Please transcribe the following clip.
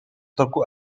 toku